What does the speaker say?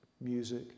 music